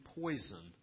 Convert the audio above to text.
poison